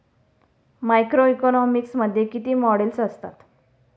Macroeconomics मध्ये किती models असतात?